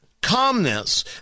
calmness